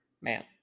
Man